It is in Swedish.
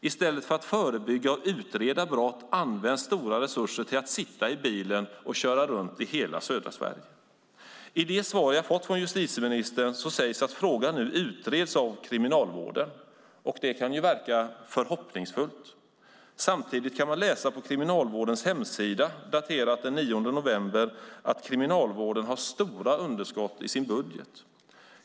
I stället för att förebygga och utreda brott används stora resurser till att man sitter i bilen och kör runt i hela södra Sverige. I det svar jag har fått från justitieministern sägs att frågan nu utreds av Kriminalvården. Det kan ju verka förhoppningsfullt. Samtidigt kan man läsa på Kriminalvårdens hemsida, daterat den 9 november, att Kriminalvården har stora underskott i sin budget.